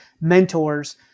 mentors